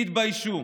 תתביישו.